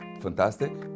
fantastic